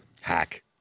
Hack